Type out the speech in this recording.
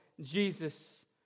Jesus